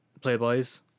Playboys